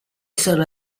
sono